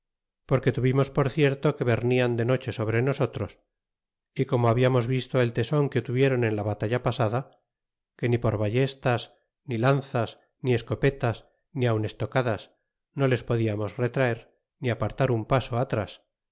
porque tuvimos por cierto que vernian de noche sobre nosotros é como hablamos visto el teson que tuviéron en la batalla pasada que ni por ballestas ni lanzas ni escopetas ni aun estocadas no les podiarnos retraer ni apartar un paso atras